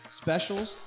specials